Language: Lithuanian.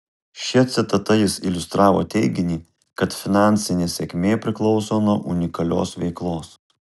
šia citata jis iliustravo teiginį kad finansinė sėkmė priklauso nuo unikalios veiklos